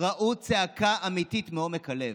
ראו צעקה אמיתית מעומק הלב.